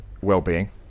well-being